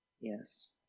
Yes